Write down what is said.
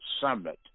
summit